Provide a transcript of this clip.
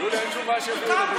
יוליה, אין שום בעיה שיביאו ילדים.